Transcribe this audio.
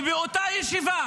ובאותה ישיבה